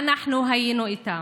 ואנחנו היינו איתה.